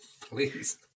please